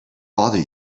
bother